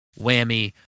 whammy